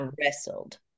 wrestled